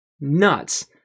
nuts